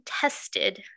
tested